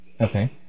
Okay